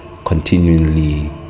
Continually